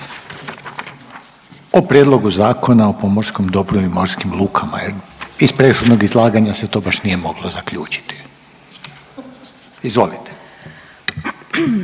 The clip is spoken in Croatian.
o Prijedlogu zakna o pomorskom dobru i morskim lukama jer iz prethodnog izlaganja se to baš nije moglo zaključiti. Izvolite.